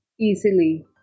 easily